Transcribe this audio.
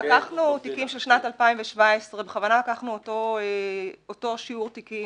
--- לקחנו תיקים של שנת 2017. בכוונה לקחנו את אותו שיעור תיקים,